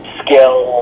skill